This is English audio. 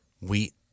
wheat